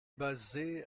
basée